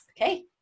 okay